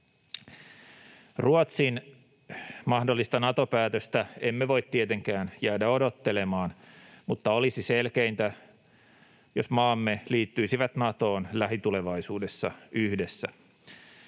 Ruotsin mahdollista Nato-päätöstä emme voi tietenkään jäädä odottelemaan, mutta olisi selkeintä, jos maamme liittyisivät Natoon lähitulevaisuudessa yhdessä.